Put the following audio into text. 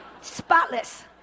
Spotless